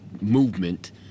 movement